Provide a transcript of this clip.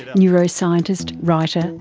neuroscientist, writer,